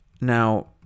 Now